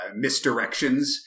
misdirections